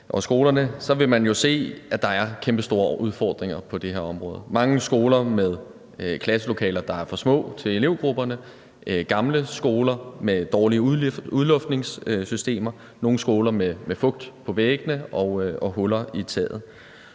på skoler, vil man se, at der er kæmpestore udfordringer på det her område. Der er mange skoler med klasselokaler, der er for små til elevgrupperne, gamle skoler med dårlig udluftningssystemer, nogle skoler med fugt på væggene og huller i taget,